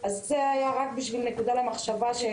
זו הייתה רק נקודה למחשבה.